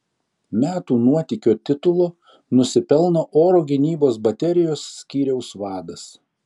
metų nuotykio titulo nusipelno oro gynybos baterijos skyriaus vadas